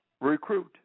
recruit